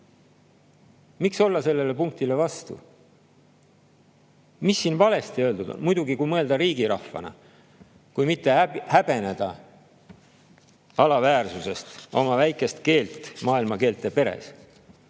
Miks olla sellele punktile vastu? Mis siin valesti öeldud on? Muidugi, kui mõelda riigirahvana, kui mitte häbeneda alaväärsusest oma väikest keelt maailma keelte peres.